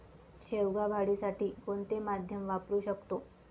शेवगा वाढीसाठी कोणते माध्यम वापरु शकतो?